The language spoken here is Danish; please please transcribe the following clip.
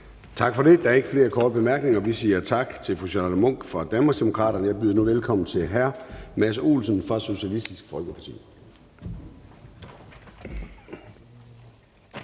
Tak for det. Der er ikke flere korte bemærkninger. Vi siger tak til fru Charlotte Munch fra Danmarksdemokraterne. Jeg byder nu velkommen til hr. Mads Olsen fra Socialistisk Folkeparti.